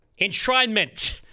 enshrinement